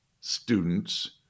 students